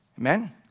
Amen